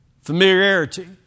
familiarity